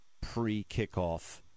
pre-kickoff